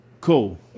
Cool